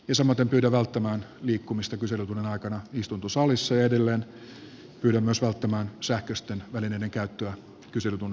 samaten pyydän välttämään liikkumista kyselytunnin aikana istuntosalissa ja edelleen pyydän myös välttämään sähköisten välineiden käyttöä kyselytunnin aikana